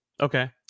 okay